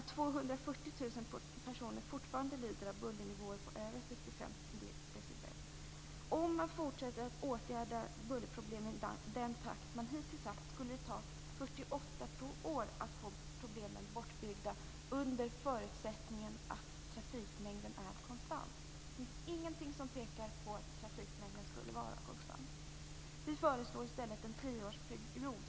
Men 240 000 personer lider fortfarande av bullernivåer på över 65 decibel. Om man fortsätter att åtgärda bullerproblem i den takt som hittills har använts kommer det att ta 48 år innan problemen har byggts bort - under förutsättning att trafikmängden är konstant. Det finns ingenting som pekar på att trafikmängden kommer att vara konstant. Vi föreslår i stället en tioårsperiod.